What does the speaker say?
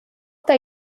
der